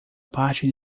parte